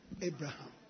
Abraham